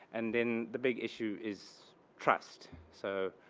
and then the big issue is trust. so